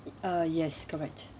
uh yes correct